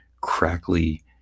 crackly